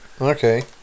Okay